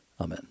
Amen